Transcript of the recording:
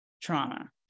trauma